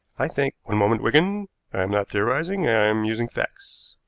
i think one moment, wigan i am not theorizing, i am using facts.